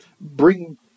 bring